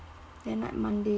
then like monday